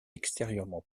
extérieurement